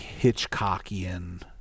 Hitchcockian